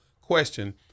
question